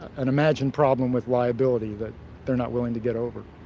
an imagined problem with liability that they're not willing to get over.